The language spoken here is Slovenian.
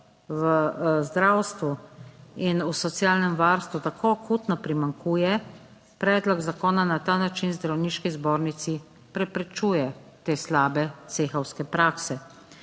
v zdravstvu in v socialnem varstvu tako akutno primanjkuje, predlog zakona na ta način Zdravniški zbornici preprečuje 30. TRAK (VI)